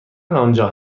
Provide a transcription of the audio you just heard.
آنجا